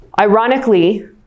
ironically